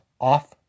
off